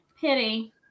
Pity